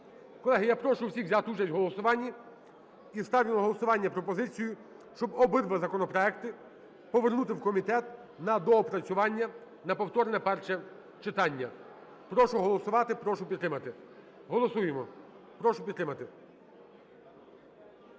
Колеги, я прошу всіх взяти участь в голосуванні і ставлю на голосування пропозицію, щоб обидва законопроекти повернути в комітет на доопрацювання, на повторне перше читання. Прошу голосувати, прошу підтримати, голосуємо, прошу підтримати.